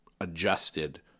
adjusted